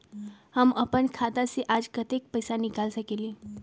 हम अपन खाता से आज कतेक पैसा निकाल सकेली?